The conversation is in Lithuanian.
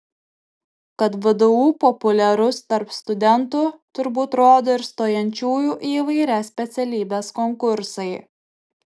kad vdu populiarus tarp studentų turbūt rodo ir stojančiųjų į įvairias specialybes konkursai